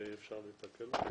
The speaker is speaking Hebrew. ואי אפשר לתקן אותה?